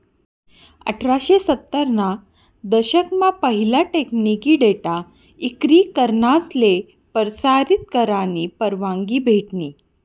अठराशे सत्तर ना दशक मा पहिला टेकनिकी डेटा इक्री करनासले परसारीत करानी परवानगी भेटनी